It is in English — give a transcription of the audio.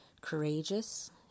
courageous